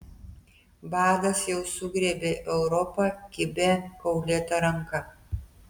badas jau sugriebė europą kibia kaulėta ranka